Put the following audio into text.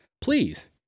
please